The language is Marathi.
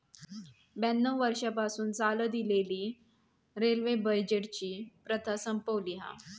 ब्याण्णव वर्षांपासना चालत इलेली रेल्वे बजेटची प्रथा संपवली हा